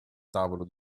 tavolo